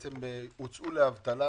בעצם יצאו לאבטלה